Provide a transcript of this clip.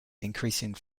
increasing